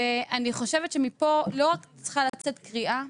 אני חושבת שמפה לא רק צריכה לצאת קריאה,